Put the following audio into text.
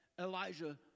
Elijah